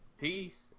Peace